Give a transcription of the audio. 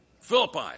Philippi